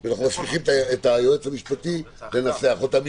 שנאמרו ואנחנו מסמיכים את היועץ המשפטי לנסח אותם.